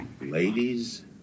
Ladies